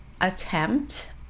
attempt